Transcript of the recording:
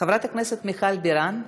חברת הכנסת מיכל בירן.